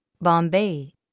Bombay